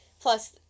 Plus